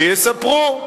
שיספרו.